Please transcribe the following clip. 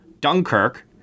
Dunkirk